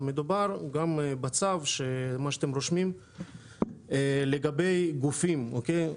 מדובר גם בצו שאתם רושמים לגבי גופים, אוקיי?